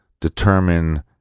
determine